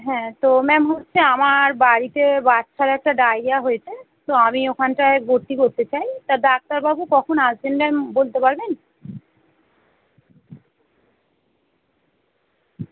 হ্যাঁ তো ম্যাম হচ্ছে আমার বাড়িতে বাচ্চার একটা ডায়রিয়া হয়েছে তো আমি ওখানটায় ভর্তি করতে চাই তা ডাক্তারবাবু কখন আসবেন ম্যাম বলতে পারবেন